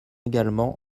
également